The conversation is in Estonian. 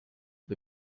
või